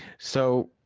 so